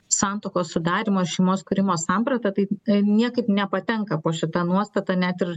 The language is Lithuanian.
santuokos sudarymo šeimos kūrimo samprata tai niekaip nepatenka po šita nuostata net ir